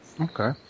Okay